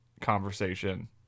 conversation